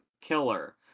killer